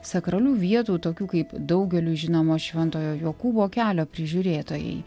sakralių vietų tokių kaip daugeliui žinomo šventojo jokūbo kelio prižiūrėtojai